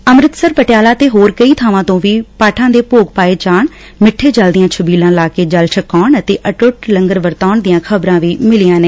ਅੰਮ੍ਤਿਤਸਰ ਪਟਿਆਲਾ ਤੇ ਹੋਰ ਕਈ ਥਾਵਾਂ ਤੋਂ ਵੀ ਪਾਠਾਂ ਦੇ ਭੋਗ ਪਾਏ ਜਾਣ ਮਿੱਠੇ ਜਲ ਦੀਆਂ ਛਬੀਲਾਂ ਲਾ ਕੇ ਜਲ ਛਕਾਉਣ ਅਤੇ ਅਟੁਟ ਲੰਗਰ ਵਰਤਾਉਣ ਦੀਆਂ ਖ਼ਬਰਾਂ ਮਿਲੀਆਂ ਨੇ